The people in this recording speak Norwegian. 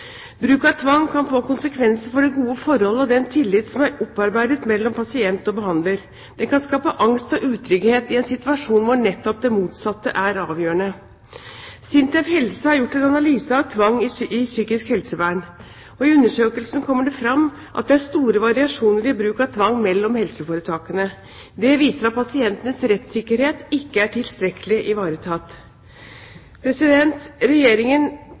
Bruk av tvang kan få konsekvenser for det gode forholdet og den tillit som er opparbeidet mellom pasient og behandler. Det kan skape angst og utrygghet i en situasjon hvor nettopp det motsatte er avgjørende. SINTEF Helse har gjort en analyse av tvang i psykisk helsevern, og i undersøkelsen kommer det fram at det er store variasjoner i bruk av tvang mellom helseforetakene. Det viser at pasientenes rettssikkerhet ikke er tilstrekkelig ivaretatt. Regjeringen